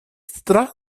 страны